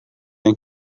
yang